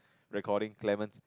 recording climate